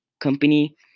company